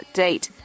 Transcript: date